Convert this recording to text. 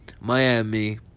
Miami